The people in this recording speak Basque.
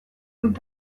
dut